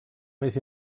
més